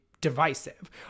divisive